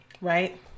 Right